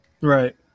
Right